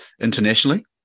internationally